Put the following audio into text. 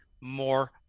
more